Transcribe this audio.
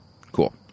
Cool